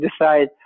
decide